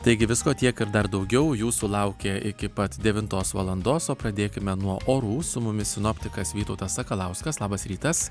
taigi visko tiek ir dar daugiau jūsų laukia iki pat devintos valandos o pradėkime nuo orų su mumis sinoptikas vytautas sakalauskas labas rytas